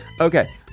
Okay